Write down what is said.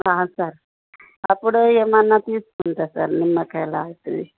sir అప్పుడు ఏమన్నా తీసుకుంటా సార్ నిమ్మకాయ లాంటివి